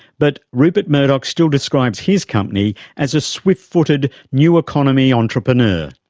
but rupert murdoch still describes his company as a swift-footed new economy entrepreneur.